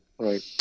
Right